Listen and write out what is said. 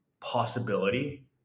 possibility